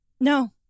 No